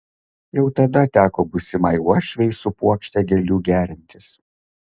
jau tada teko būsimai uošvei su puokšte gėlių gerintis